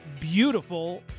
beautiful